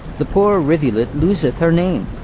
the poor rivulet looseth her name.